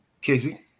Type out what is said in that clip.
Casey